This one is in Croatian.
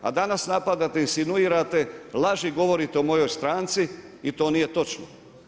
A danas, napadate i sinuirate laži i govorite o mojoj stranci i to nije točno.